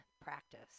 practice